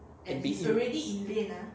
and be